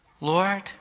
Lord